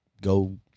go